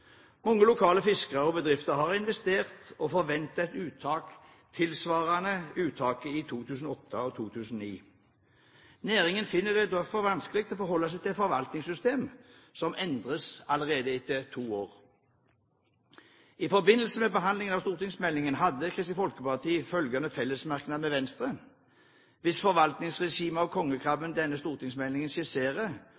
Mange lokale fiskere og bedrifter har investert og forventet et uttak tilsvarende uttakene i 2008 og 2009. Næringen finner det derfor vanskelig å forholde seg til et forvaltningssystem som endres allerede etter to år. I forbindelse med behandlingen av stortingsmeldingen hadde Kristelig Folkeparti følgende fellesmerknad med Venstre: «Hvis forvaltningsregimet av kongekrabben denne stortingsmeldingen skisserer, og